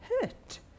hurt